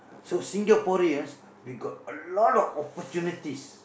so Singaporeans we got a lot opportunities